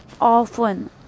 often